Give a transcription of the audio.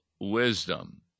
wisdom